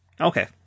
Okay